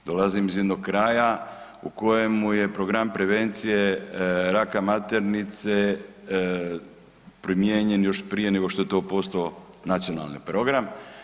Dolazim iz jednog kraja u kojemu je program prevencije raka maternice primijenjen još prije nego što je to posao nacionalni program.